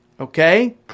Okay